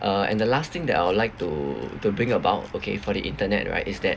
uh and the last thing that I would like to to bring about okay for the internet right is that